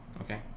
Okay